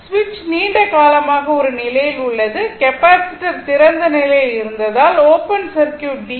சுவிட்ச் நீண்ட காலமாக ஒரு நிலையில் உள்ளது கெப்பாசிட்டர் திறந்த நிலையில் இருந்ததால் ஒப்பன் சர்க்யூட் டி